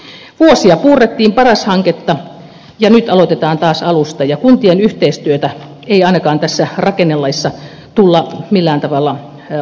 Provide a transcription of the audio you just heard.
vuosia puurrettiin paras hanketta ja nyt aloitetaan taas alusta ja kuntien yhteistyötä ei ainakaan tässä rakennelaissa tulla millään tavalla vahvistamaan